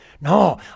no